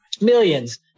millions